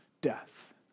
death